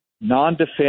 non-defense